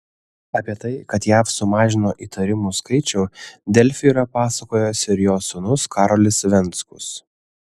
apie tai kad jav sumažino įtarimų skaičių delfi yra pasakojęs ir jos sūnus karolis venckus